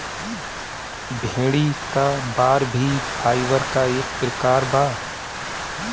भेड़ी क बार भी फाइबर क एक प्रकार बा